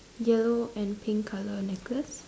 yellow and pick colour necklace